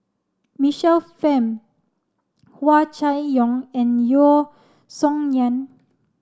Michael Fam Hua Chai Yong and Yeo Song Nian